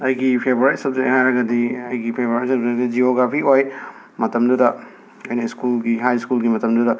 ꯑꯩꯒꯤ favourite subject ꯍꯥꯏꯔꯒꯗꯤ ꯑꯩꯒꯤ ꯐꯦꯕꯣꯔꯥꯏꯠ ꯁꯕꯖꯦꯛꯁꯤ ꯖꯤꯑꯣꯒ꯭ꯔꯥꯐꯤ ꯑꯣꯏ ꯃꯇꯝꯗꯨꯗ ꯑꯩꯅ ꯁ꯭ꯀꯨꯜꯒꯤ ꯍꯥꯏ ꯁ꯭ꯀꯨꯜꯒꯤ ꯃꯇꯝꯗꯨꯗ